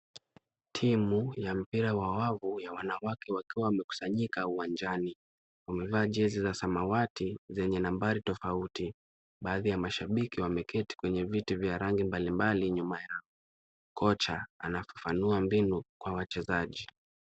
Timu ya mpira wa wavu ya wanawake wakiwa wamekusanyika uwanjani. Wamevaa jezi za samawati zenye nambari tofauti. Baadhi ya mashabiki wameketi kwenye viti vya rangi mbalimbali nyuma yao. Kocha anafafanua mbinu kwa wachezaji.